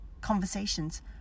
conversations